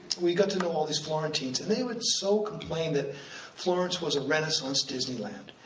we got to know all these florentines and they would so complain that florence was a renaissance disneyland,